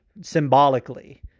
symbolically